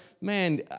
man